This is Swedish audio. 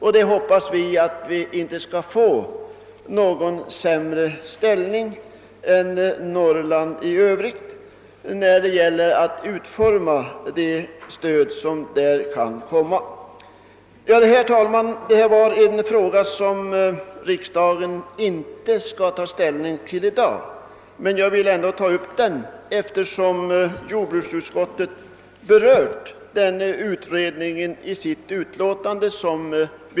Vi hoppas att vi inte kommer att få en sämre ställning än det övriga Norrland. Herr talman! Denna fråga skall riksdagen inte ta ställning till i dag, men jag har ändå velat ta upp den eftersom jordbruksutskottet har berört utredningen i sitt utlåtande.